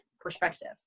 perspective